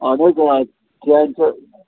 اَہن حظ آ کھٮ۪ن چٮ۪ن